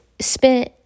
spent